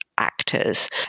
actors